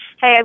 Hey